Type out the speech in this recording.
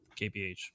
KPH